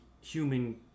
human